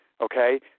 Okay